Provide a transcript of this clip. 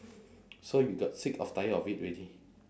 so you got sick of tired of it already